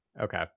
Okay